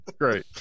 Great